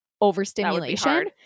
overstimulation